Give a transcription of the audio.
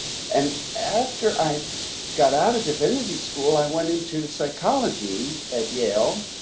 and after i got out of divinity school, i went into psychology at yale,